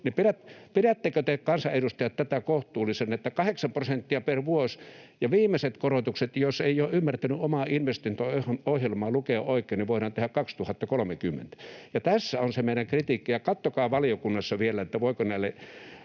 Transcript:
Pidättekö te kansanedustajat tätä kohtuullisena, että 8 prosenttia per vuosi ja viimeiset korotukset, jos ei ole ymmärtänyt omaa investointiohjelmaa lukea oikein, voidaan tehdä 2030? Tässä on se meidän kritiikkimme, ja katsokaa valiokunnassa vielä, voiko näille